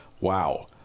Wow